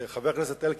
חבר הכנסת אלקין,